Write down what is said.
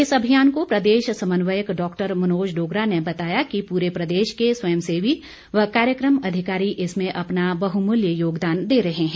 इस अभियान के प्रदेश समन्वयक डॉक्टर मनोज डोगरा ने बताया कि पूरे प्रदेश के स्वयं सेवी व कार्यक्रम अधिकारी इसमें अपना बहुमूल्य योगदान दे रहे हैं